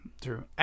true